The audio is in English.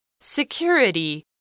Security